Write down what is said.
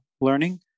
learning